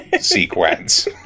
sequence